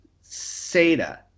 Sada